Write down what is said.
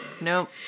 Nope